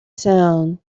sound